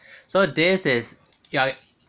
so this is ya